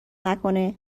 نکنه